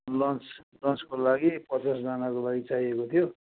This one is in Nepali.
लन्च लन्चको लागि पचासजनाको लागि चाहिएको थियो